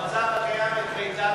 אין יש מאין.